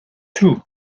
two